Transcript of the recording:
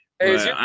Hey